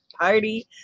party